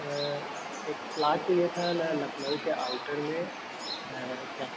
आ एक प्लाट चाहिए था लखनउ के आउटर में क्या